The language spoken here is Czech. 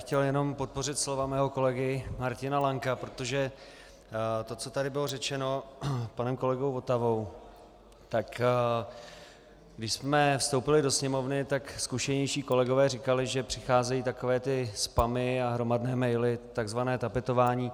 Chtěl bych jenom podpořit slova svého kolegy Martina Lanka, protože to, co tady bylo řečeno panem kolegou Votavou, tak když jsme vstoupili do Sněmovny, tak zkušenější kolegové říkali, že přicházejí takové ty spamy a hromadné maily, tzv. tapetování.